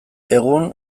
egun